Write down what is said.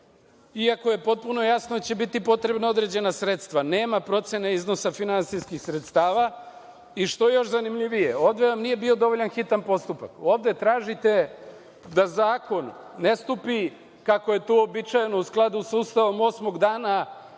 Iako je potpuno jasno da će biti potrebna određena sredstva, nema procene iznosa finansijskih sredstava i, što je još zanimljivije, ovde vam nije bio dovoljan hitan postupak, ovde tražite da zakon ne stupi kako je to uobičajeno, u skladu sa Ustavom, osmog dana